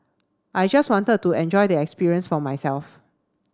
I just wanted to enjoy the experience for myself